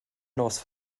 nos